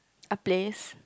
a place